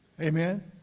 Amen